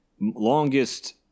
longest